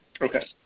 Okay